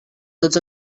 tots